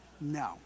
No